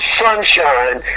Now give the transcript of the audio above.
sunshine